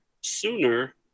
sooner